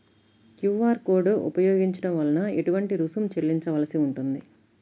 QR code ఉపయోగించటం వలన ఏటువంటి రుసుం చెల్లించవలసి ఉంటుంది?